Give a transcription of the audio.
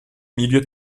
milieu